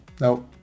No